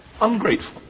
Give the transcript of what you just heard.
ungrateful